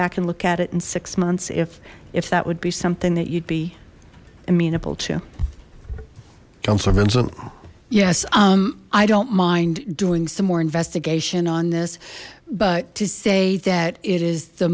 back and look at it in six months if if that would be something that you'd be amenable to counsel vincent yes i don't mind doing some more investigation on this but to say that it is the